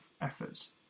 efforts